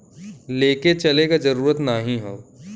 लेके चले क जरूरत नाहीं हौ